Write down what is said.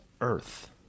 Earth